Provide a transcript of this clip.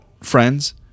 friends